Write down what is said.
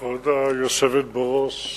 כבוד היושבת בראש,